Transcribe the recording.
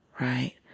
right